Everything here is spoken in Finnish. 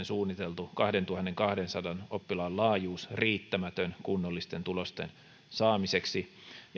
suunniteltu kahteentuhanteenkahteensataan oppilaan laajuus on riittämätön kunnollisten tulosten saamiseksi